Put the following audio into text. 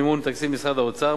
המימון, מתקציב משרד האוצר.